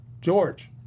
George